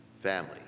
family